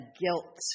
guilt